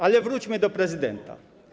Ale wróćmy do prezydenta.